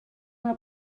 una